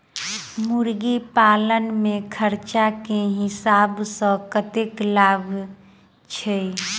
मुर्गी पालन मे खर्च केँ हिसाब सऽ कतेक लाभ छैय?